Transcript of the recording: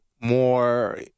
more